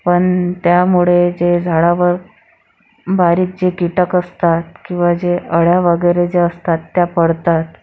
पण त्यामुळे जे झाडावर बारीक जे कीटक असतात किंवा जे अळ्या वगैरे ज्या असतात त्या पडतात